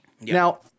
Now